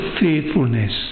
faithfulness